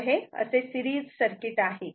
तर हे असे सिरीज सर्किट आहे